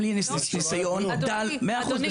גם לי יש ניסיון דל --- אדוני,